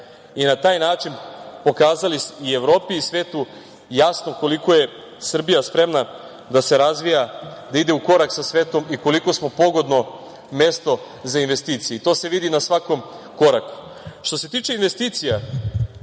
i na taj način pokazali i Evropi i svetu jasno koliko je Srbija spremna da se razvija, da ide u korak sa svetom i koliko smo pogodno mesto za investicije i to se vidi na svakom koraku. Što se tiče investicija,